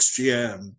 xgm